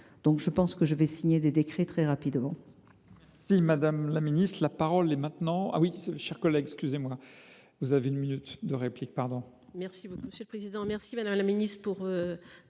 semble donc que je vais signer des décrets très rapidement…